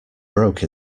broke